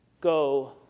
go